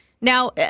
Now